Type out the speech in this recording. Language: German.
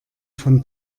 von